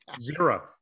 zero